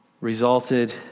resulted